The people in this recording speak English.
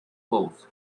pose